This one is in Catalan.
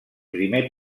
primer